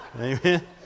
Amen